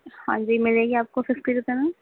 ہاں جی ملیں گی آپ کو ففٹی روپیے میں